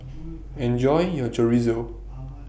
Enjoy your Chorizo